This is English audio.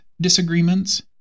disagreements